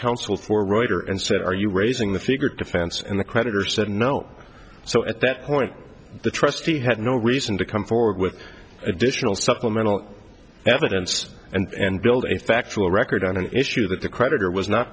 counsel for reuter and said are you raising the figure defense and the creditor said no so at that point the trustee had no reason to come forward with additional supplemental evidence and build a factual record on an issue that the creditor was not